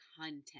content